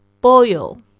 boil